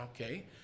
okay